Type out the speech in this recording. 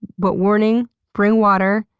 but warning bring water,